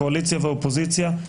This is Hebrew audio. קואליציה ואופוזיציה,